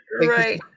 Right